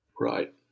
Right